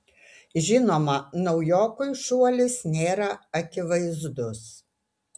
žinoma naujokui šuolis nėra akivaizdus